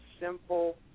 simple